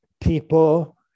people